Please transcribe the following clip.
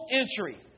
entry